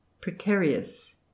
precarious